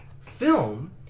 film